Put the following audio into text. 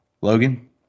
Logan